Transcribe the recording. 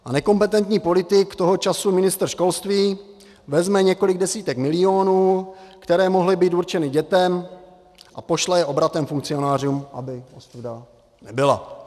A nekompetentní politik, toho času ministr školství, vezme několik desítek milionů, které mohly být určeny dětem, a pošle je obratem funkcionářům, aby ostuda nebyla.